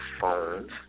phones